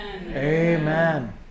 amen